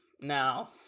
Now